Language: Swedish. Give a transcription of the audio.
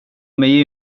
mig